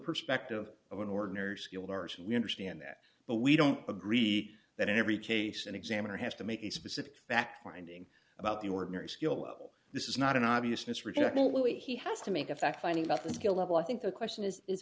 perspective of an ordinary skilled ours we understand that but we don't agree that in every case an examiner has to make a specific fact finding about the ordinary skill this is not an obviousness regional louie he has to make a fact finding about the skill level i think the question is